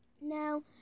now